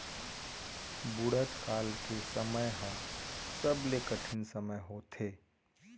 बुढ़त काल के समे ह सबले कठिन समे होथे